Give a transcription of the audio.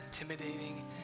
intimidating